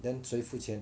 then 谁付钱